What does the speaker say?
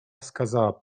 wskazała